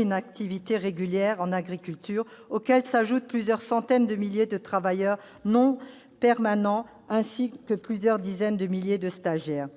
une activité régulière en agriculture, auxquelles doivent être ajoutées plusieurs centaines de milliers de travailleurs non permanents, ainsi que plusieurs dizaines de milliers de stagiaires.